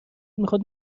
میخاد